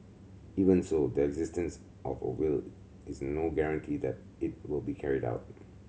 even so the existence of a will is no guarantee that it will be carried out